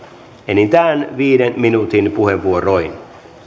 enintään viiden minuutin puheenvuoroin